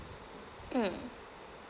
mm